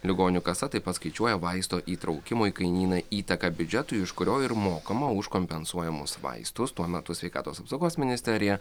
ligonių kasa taip pat skaičiuoja vaisto įtraukimo į kainyną įtaką biudžetui iš kurio ir mokama už kompensuojamus vaistus tuo metu sveikatos apsaugos ministerija